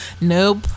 nope